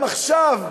במיליארדים,